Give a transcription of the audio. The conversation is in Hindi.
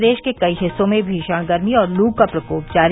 प्रदेश के कई हिस्सों में भीषण गर्मी और लू का प्रकोप जारी